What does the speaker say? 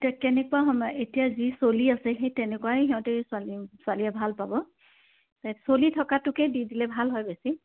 এতিয়া কেনেকুৱা সময় এতিয়া যি চলি আছে সেই তেনেকুৱাই সিহঁতে ছোৱালী ছোৱালীয়ে ভাল পাব চলি থকটোকে দি দিলে ভাল হয় বেছি